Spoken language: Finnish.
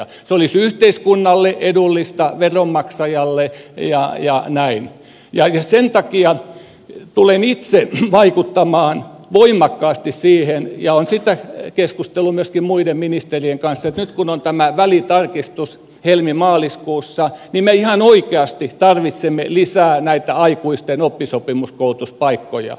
se olisi yhteiskunnalle ja veronmaksajalle edullista ja sen takia tulen itse vaikuttamaan voimakkaasti siihen ja olen siitä keskustellut myöskin muiden ministerien kanssa että nyt kun on tämä välitarkistus helmimaaliskuussa niin me ihan oikeasti tarvitsemme lisää aikuisten oppisopimuskoulutuspaikkoja